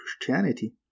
Christianity